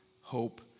hope